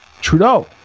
Trudeau